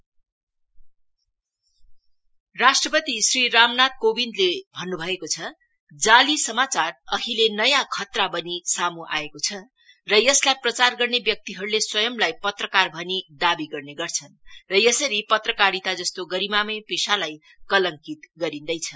president fake news राष्ट्रपति श्री रामनाथ कोविन्दले भन्न् भएको छ जाली समाचार अहिले नयाँ खतरा बनी सामु आएको छ र यसलाई प्रचार गर्ने व्यक्तिहरूले स्वंयलाई पत्रकार अनी दावी गर्ने गर्छन् र यसरी पत्रकारिता जस्तो गरिमामय पेशालाई कलंकित गरिन्दैछ